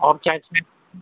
اور کیا ہے چاہیے